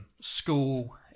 school